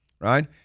right